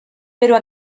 però